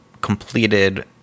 completed